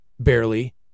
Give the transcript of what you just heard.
barely